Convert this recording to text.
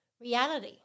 reality